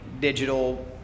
digital